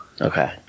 Okay